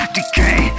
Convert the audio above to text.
decay